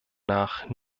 nach